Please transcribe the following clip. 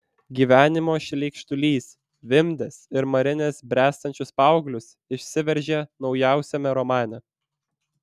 gyvenimo šleikštulys vimdęs ir marinęs bręstančius paauglius išsiveržė naujausiame romane